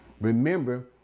Remember